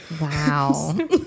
wow